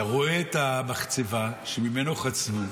אתה רואה את המחצבה שממנה חצבו